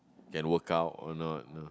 can work out or not ah